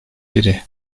biri